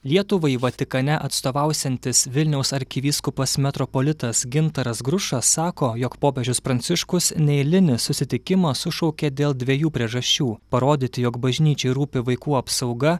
lietuvai vatikane atstovausiantis vilniaus arkivyskupas metropolitas gintaras grušas sako jog popiežius pranciškus neeilinį susitikimą sušaukė dėl dviejų priežasčių parodyti jog bažnyčiai rūpi vaikų apsauga